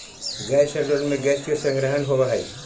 gas holder में gas के संग्रहण होवऽ हई